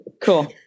Cool